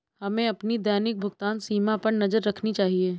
हमें अपनी दैनिक भुगतान सीमा पर नज़र रखनी चाहिए